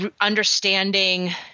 understanding